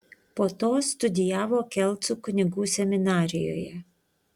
po to studijavo kelcų kunigų seminarijoje